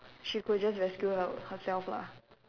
she could just rescue her herself lah